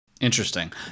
Interesting